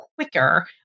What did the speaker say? quicker